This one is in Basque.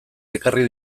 ekarri